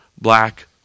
black